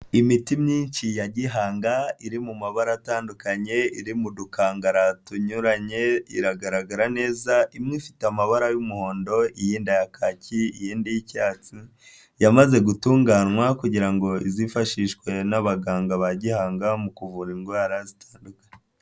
Imiti myinshi ya gihanga iri mu mabara atandukanye, iri mu dukangara tunyuranye iragaragara neza, imwe ifite amabara y'umuhondo, iyindi aya kaki, iyindi y'icyatsi, yamaze gutunganywa kugira ngo izifashishwe n'abaganga ba gihanga, mu kuvura indwara zitandukanye.